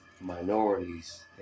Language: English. minorities